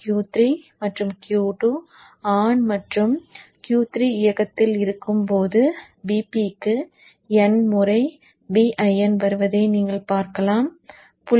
Q 3 மற்றும் Q 2 on மற்றும் Q 3 இயக்கத்தில் இருக்கும் போது Vp க்கு n முறை Vin வருவதை நீங்கள் பார்க்கிறீர்கள்